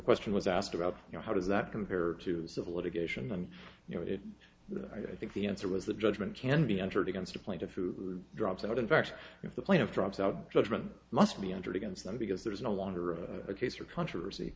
question was asked about you know how does that compare to civil litigation and you know that i think the answer was that judgment can be entered against a plate of food drops out in fact if the plaintiff drops out judgment must be entered against them because there's no longer a case for controversy